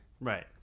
Right